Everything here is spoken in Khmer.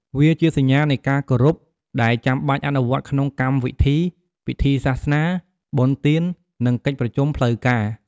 វាជាសញ្ញានៃការគោរព ដែលចាំបាច់អនុវត្តក្នុងកម្មវិធី ពិធីសាសនា បុណ្យទាន ឬកិច្ចប្រជុំផ្លូវការ។